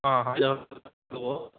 অঁ